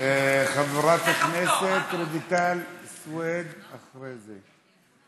חברת הכנסת רויטל סוֵיד, אחרי זה.